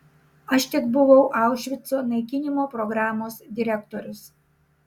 aš tik buvau aušvico naikinimo programos direktorius